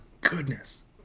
goodness